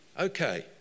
Okay